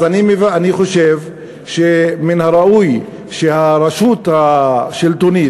אז אני חושב שמן הראוי שהרשות השלטונית,